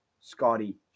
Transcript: Scotty